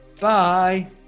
Bye